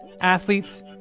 athletes